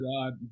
God